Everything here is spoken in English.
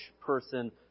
person